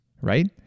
right